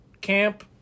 camp